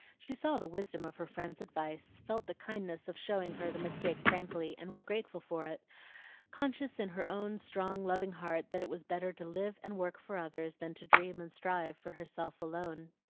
she saw the wisdom of her friend's advice, felt the kindness of showing her the mistake frankly, and was grateful for it conscious in her own strong, loving heart that it was better to live and work for others than to dream and strive for herself alone.